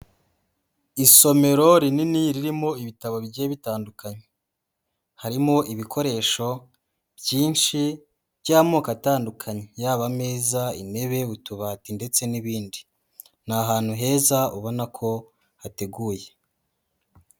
Isomero rinini ririmo ibitabo bigiye bitandukanye, harimo ibikoresho byinshi by'amoko atandukanye yaba ameza, intebe, utubati ndetse n'ibindi, ni ahantu heza ubona ko hateguye.